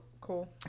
Cool